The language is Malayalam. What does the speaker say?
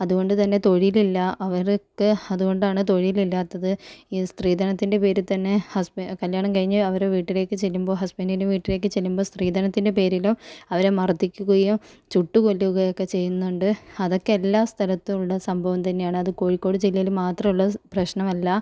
അതുകൊണ്ട് തന്നെ തൊഴിലില്ല അവർക്ക് അതുകൊണ്ടാണ് തൊഴിൽ ഇല്ലാത്തത് ഈ സ്ത്രീധനത്തിൻ്റെ പേരിൽ തന്നെ ഹസ്ബൻഡ് കല്യാണം കഴിഞ്ഞ് അവരെ വീട്ടിലേക്ക് ചെല്ലുമ്പോൾ ഹസ്ബൻഡിൻ്റെ വീട്ടിലേക്ക് ചെല്ലുമ്പോൾ സ്ത്രീധനത്തിൻ്റെ പേരിലും അവരെ മർദിക്കുകയും ചുട്ടുകൊല്ലുകയും ഒക്കെ ചെയ്യുന്നുണ്ട് അതൊക്കെ എല്ലാ സ്ഥലത്തും ഉള്ള സംഭവം തന്നെയാണ് അത് കോഴിക്കോട് ജില്ലയിൽ മാത്രമുള്ള പ്രശ്നമല്ല